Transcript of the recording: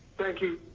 thank you.